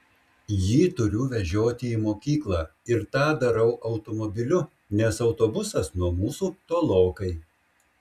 jį turiu vežioti į mokyklą ir tą darau automobiliu nes autobusas nuo mūsų tolokai